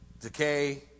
decay